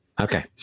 Okay